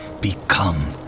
become